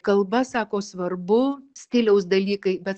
kalba sako svarbu stiliaus dalykai bet